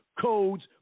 codes